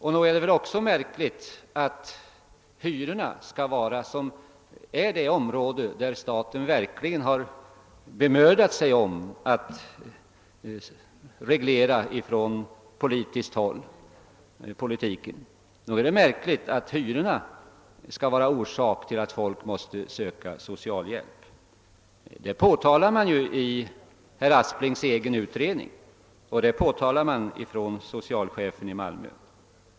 Det är också märkligt att hyrorna — det område som staten verkligen har bemödat sig om att reglera med politikens hjälp — skall vara orsak till att folk måste söka socialhjälp. Det påtalas både i herr Asplings egen utredning och av socialchefen i Malmö.